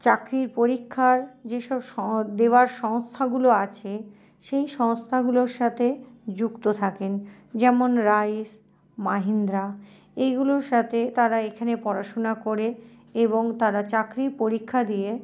চাকরির পরীক্ষার যে সব দেওয়ার সংস্থাগুলো আছে সেই সংস্থাগুলোর সাথে যুক্ত থাকেন যেমন রাইস মাহিন্দ্রা এইগুলোর সাথে তারা এখানে পড়াশুনা করে এবং তারা চাকরির পরীক্ষা দিয়ে